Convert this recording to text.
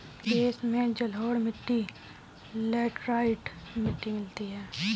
देश में जलोढ़ मिट्टी लेटराइट मिट्टी मिलती है